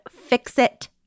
Fix-It